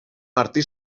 martí